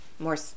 More